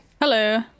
Hello